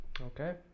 okay